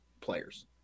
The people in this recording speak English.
players